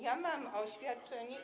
Ja mam oświadczenie i.